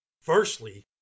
firstly